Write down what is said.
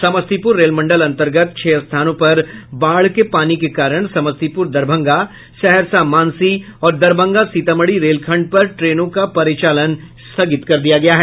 Samastipur rail मंडल अन्तर्गत छह स्थानों पर बाढ़ के पानी के कारण समस्तीपुर दरभंगा सहरसा मानसी और दरभंगा सीतामढ़ी रेलखंड पर ट्रेनों का परिचालन स्थगित कर दिया गया है